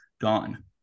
gone